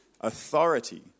authority